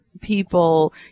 people